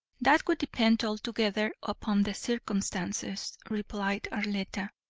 that would depend altogether upon the circumstances, replied arletta.